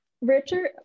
Richard